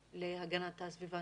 להגנת הסביבה.